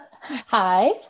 Hi